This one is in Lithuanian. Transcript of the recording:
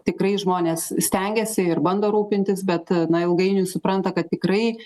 tikrai žmonės stengiasi ir bando rūpintis bet na ilgainiui supranta kad tikrai